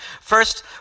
First